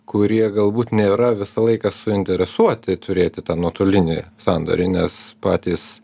kurie galbūt nėra visą laiką suinteresuoti turėti tą nuotolinį sandorį nes patys